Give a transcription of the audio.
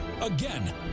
Again